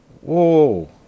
Whoa